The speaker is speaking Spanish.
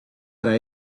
para